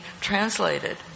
translated